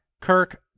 Kirk